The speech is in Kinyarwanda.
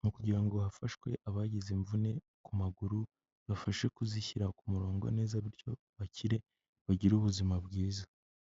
ni ukugira ngo hafashwe abagize imvune ku maguru bibafashe kuzishyira ku murongo neza bityo bakire, bagire ubuzima bwiza.